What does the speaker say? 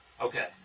Okay